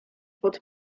pod